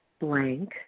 blank